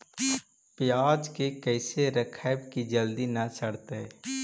पयाज के कैसे रखबै कि जल्दी न सड़तै?